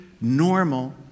normal